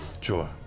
Sure